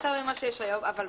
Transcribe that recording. לא שגרענו מכם את הסמכויות, להיפך.